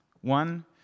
One